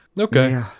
Okay